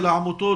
של העמותות,